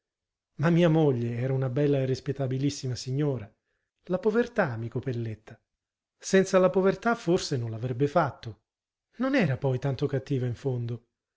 ma mia moglie era una bella e rispettabilissima signora la povertà amico pelletta senza la povertà forse non l'avrebbe fatto non era poi tanto cattiva in fondo